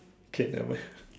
okay nevermind